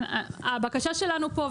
הבקשה שלנו פה,